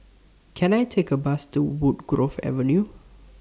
Can I Take A Bus to Woodgrove Avenue